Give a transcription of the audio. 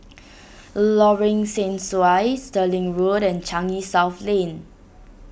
Lorong Sesuai Stirling Walk and Changi South Lane